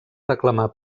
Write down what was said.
reclamar